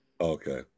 Okay